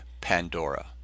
Pandora